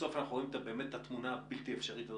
בסוף אנחנו רואים את התמונה הבלתי אפשרית הזאת.